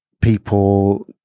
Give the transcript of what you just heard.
people